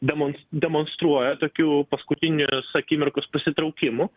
demons demonstruoja tokių paskutinės akimirkos pasitraukimų